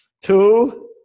Two